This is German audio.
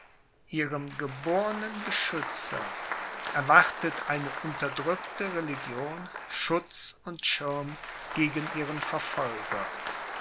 ihrem gebornen beschützer erwartet eine unterdrückte religion schutz und schirm gegen ihren verfolger